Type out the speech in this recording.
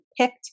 picked